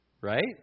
right